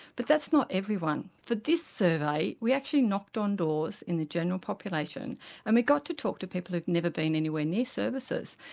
but that's not everyone. for this survey we actually knocked on doors in the general population and we got to talk to people who've never been anywhere near services.